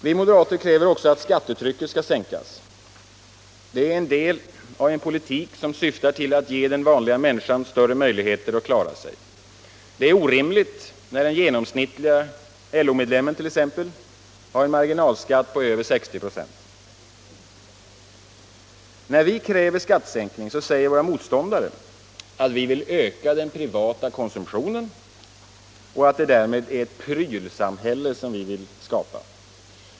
Vi moderater kräver också att skattetrycket skall sänkas. Det är en del av en politik som syftar till att ge den vanliga människan större möjligheter att klara sig. Det är orimligt när t.ex. den genomsnittliga LO-medlemmen har en marginalskatt på över 60 "o. När vi kräver skattesänkning säger våra motståndare att vi vill öka den privata konsumtionen och att det därmed är ett ”prylsamhälle” som vi vill skapa.